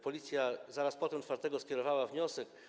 Policja zaraz potem, czwartego, skierowała wniosek.